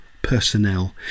personnel